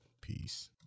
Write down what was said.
Peace